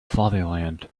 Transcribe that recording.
fatherland